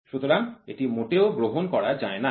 সুতরাং এটি মোটেও গ্রহণ করা যায় না